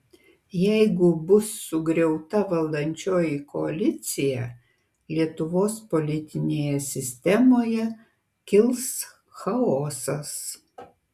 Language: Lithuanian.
jeigu bus sugriauta valdančioji koalicija lietuvos politinėje sistemoje kils chaosas